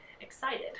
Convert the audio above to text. excited